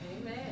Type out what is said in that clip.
Amen